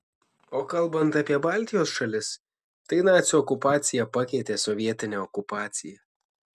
o kalbant apie baltijos šalis tai nacių okupacija pakeitė sovietinę okupaciją